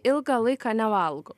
ilgą laiką nevalgo